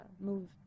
move